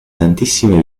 tantissime